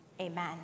Amen